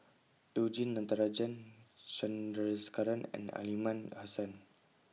YOU Jin Natarajan Chandrasekaran and Aliman Hassan